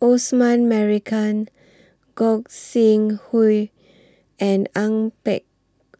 Osman Merican Gog Sing Hooi and Ang Peng